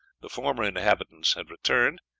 the former inhabitants had returned,